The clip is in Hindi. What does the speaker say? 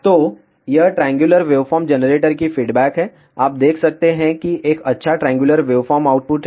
तो यह ट्रायंगुलर वेवफॉर्म जनरेटर की फीडबैक है आप देख सकते हैं कि एक अच्छा ट्रायंगुलर वेवफॉर्म आउटपुट है